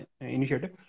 initiative